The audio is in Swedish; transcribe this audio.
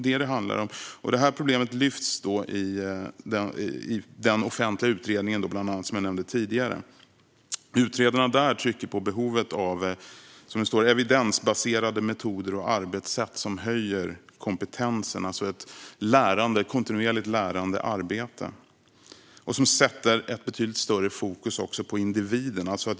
Detta problem lyfts upp i den offentliga utredning som jag nämnde tidigare. Utredarna trycker på behovet av evidensbaserade metoder och arbetssätt som höjer kompetensen, ett kontinuerligt lärande arbete. Det sätter ett betydligt större fokus på individen.